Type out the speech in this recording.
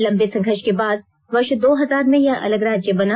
लंबे संघर्ष के बाद वर्ष दो हजार में यह अलग राज्य बना